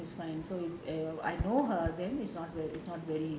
is fine so is I know her dad is not well is not very